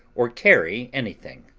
or carry anything.